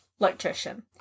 electrician